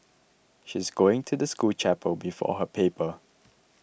she's going to the school chapel before her paper